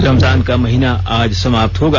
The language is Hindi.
रमजान का महीना आज समाप्त होगा